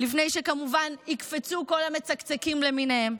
לפני שכמובן יקפצו כל המצקצקים למיניהם,